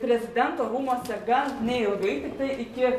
prezidento rūmuose gan neilgai tiktai iki